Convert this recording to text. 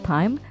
Time